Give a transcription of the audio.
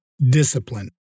discipline